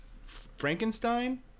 Frankenstein